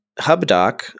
HubDoc